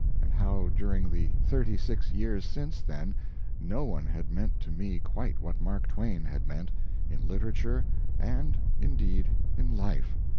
and how during the thirty-six years since then no one had meant to me quite what mark twain had meant in literature and, indeed, in life.